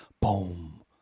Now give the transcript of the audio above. boom